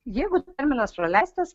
jeigu terminas praleistas